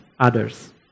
Others